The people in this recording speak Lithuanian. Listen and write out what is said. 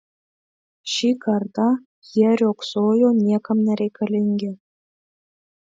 šį kartą jie riogsojo niekam nereikalingi